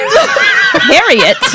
Harriet